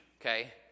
Okay